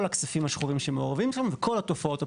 כל הכספים השחורים שמעורבים שם וכל התופעות הפסולות.